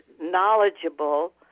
knowledgeable